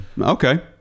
Okay